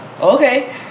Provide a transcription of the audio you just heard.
okay